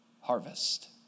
harvest